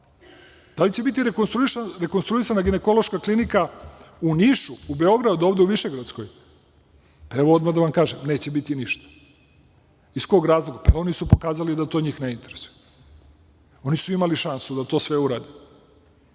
Da li će biti rekonstruisana ginekološka klinika u Nišu, u Beogradu, ovde u Višegradskoj? Odmah da vam kažem, neće biti ništa. Iz kog razloga? Oni su pokazali da to njih ne interesuje, oni su imali šansu da sve to urade.